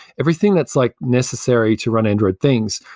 everything that's like necessary to run android things,